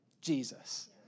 Jesus